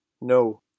no